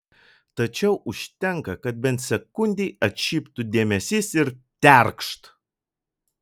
tačiau užtenka kad bent sekundei atšiptų dėmesys ir terkšt